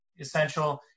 essential